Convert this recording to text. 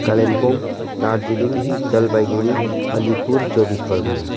कालिम्पोङ दार्जिलिङ जलपाइगढी अलिपुर चौबिस परगाना